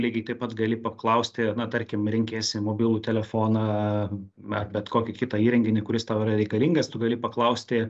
lygiai taip pat gali paklausti na tarkim renkiesi mobilų telefoną ar bet kokį kitą įrenginį kuris tau yra reikalingas tu gali paklausti